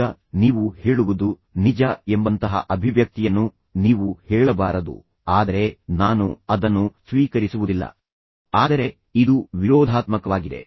ಈಗ ನೀವು ಹೇಳುವುದು ನಿಜ ಎಂಬಂತಹ ಅಭಿವ್ಯಕ್ತಿಯನ್ನು ನೀವು ಹೇಳಬಾರದು ಆದರೆ ನಾನು ಅದನ್ನು ಸ್ವೀಕರಿಸುವುದಿಲ್ಲ ಆದರೆ ಇದು ವಿರೋಧಾತ್ಮಕವಾಗಿದೆ